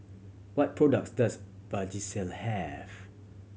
what products does Vagisil have